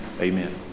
amen